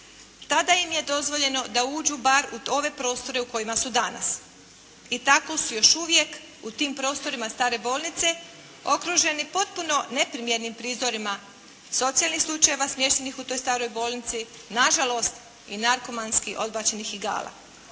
tada im je dozvoljeno da uđu bar u ove prostore u kojima su danas i tako su još uvijek u tim prostorima stare bolnice okruženi potpuno neprimjernim prizorima socijalnim slučajevima smještenih u toj staroj bolnici, na žalost i narkomanski odbačenih igala.